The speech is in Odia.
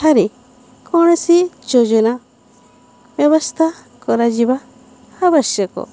ଠାରେ କୌଣସି ଯୋଜନା ବ୍ୟବସ୍ଥା କରାଯିବା ଆବଶ୍ୟକ